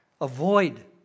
Avoid